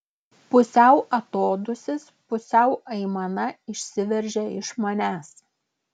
pusiau atodūsis pusiau aimana išsiveržia iš manęs